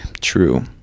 True